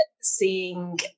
seeing